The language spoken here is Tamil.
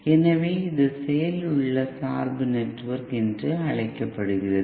எனவே இது செயலில் உள்ள சார்பு நெட்வொர்க் என்று அழைக்கப்படுகிறது